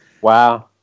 Wow